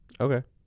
Okay